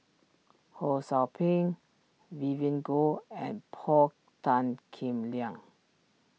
Ho Sou Ping Vivien Goh and Paul Tan Kim Liang